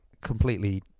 completely